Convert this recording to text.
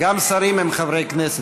גם שרים הם חברי כנסת.